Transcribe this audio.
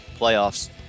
playoffs